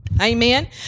Amen